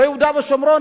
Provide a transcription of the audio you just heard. ביהודה ושומרון,